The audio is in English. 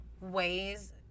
ways